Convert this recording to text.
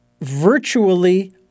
virtually